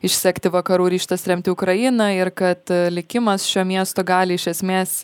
išsekti vakarų ryžtas remti ukrainą ir kad likimas šio miesto gali iš esmės